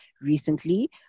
recently